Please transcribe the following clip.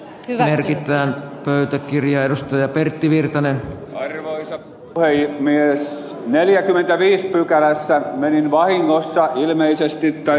hyvä hengittää myyty kirjaedustaja pertti virtanen hermonsa vai mies neljäkymmentäviisi pykälässä meni vahingossa ilmeisesti tai